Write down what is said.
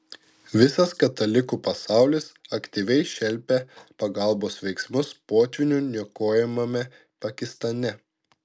visas katalikų pasaulis aktyviai šelpia pagalbos veiksmus potvynių niokojamame pakistane